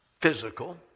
physical